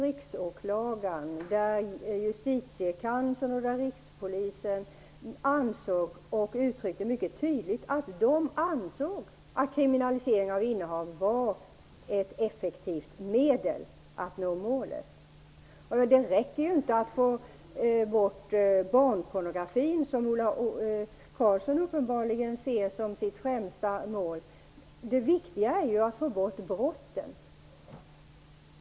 Riksåklagaren, justitiekanslern och representanter för Rikspolisstyrelsen uttryckte mycket tydligt att de ansåg att kriminalisering av innehav var ett effektivt medel att nå målet. Det räcker inte med att få bort barnpornografin, som Ola Karlsson uppenbarligen ser som sitt främsta mål. Det viktiga är att få hejda brotten.